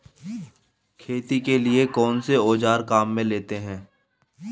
खेती के लिए कौनसे औज़ार काम में लेते हैं?